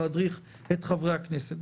להדריך את חברי הכנסת.